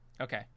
okay